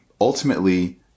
ultimately